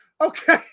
Okay